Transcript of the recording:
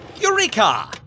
Eureka